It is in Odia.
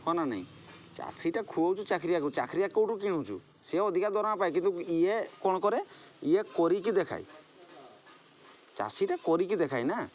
ହଁ ନା ନାହିଁ ଚାଷୀଟା ଖୁଆଉଛୁ ଚାକିରିଆକୁ ଚାକିରିଆ କେଉଁଠୁ କିଣୁଛି ସେ ଅଧିକା ଦରମା ପାଏ କିନ୍ତୁ ଇଏ କ'ଣ କରେ ଇଏ କରିକି ଦେଖାଏ ଚାଷୀଟା କରିକି ଦେଖାଏ ନା